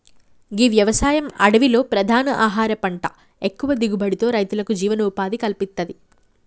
గీ వ్యవసాయం అడవిలో ప్రధాన ఆహార పంట ఎక్కువ దిగుబడితో రైతులకు జీవనోపాధిని కల్పిత్తది